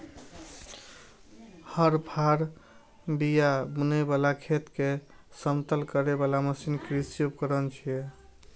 हर, फाड़, बिया बुनै बला, खेत कें समतल करै बला मशीन कृषि उपकरण छियै